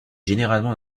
généralement